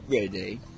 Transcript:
ready